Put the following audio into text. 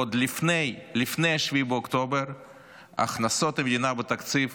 עוד לפני 7 באוקטובר הכנסות המדינה בתקציב